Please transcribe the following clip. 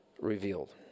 revealed